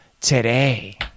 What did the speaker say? today